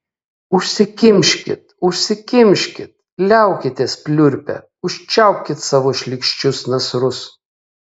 užsikimškit užsikimškit liaukitės pliurpę užčiaupkit savo šlykščius nasrus